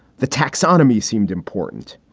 the taxonomy seemed important,